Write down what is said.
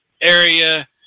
area